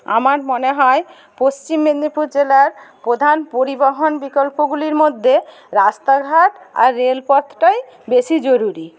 আমার মনে হয় পশ্চিম মেদিনীপুর জেলার প্রধান পরিবহন বিকল্পগুলির মধ্যে রাস্তাঘাট আর রেলপথটাই বেশি জরুরি